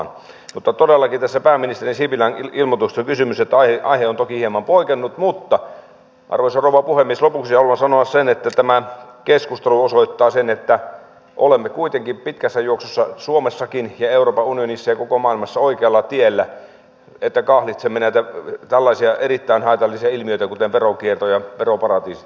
mutta todellakin tässä pääministeri sipilän ilmoituksesta on kysymys eli aihe on toki hieman poikennut mutta arvoisa rouva puhemies lopuksi haluan sanoa sen että tämä keskustelu osoittaa että olemme kuitenkin pitkässä juoksussa suomessakin ja euroopan unionissa ja koko maailmassa oikealla tiellä että kahlitsemme tällaisia erittäin haitallisia ilmiöitä kuten veronkiertoa ja veroparatiiseja